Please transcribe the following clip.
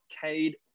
Cade